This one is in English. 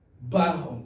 bound